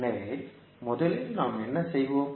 எனவே முதலில் நாம் என்ன செய்வோம்